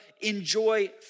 enjoy